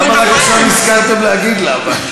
למה רק עכשיו נזכרתם להגיד לה?